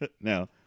Now